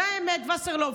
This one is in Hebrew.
זו האמת, וסרלאוף.